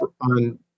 on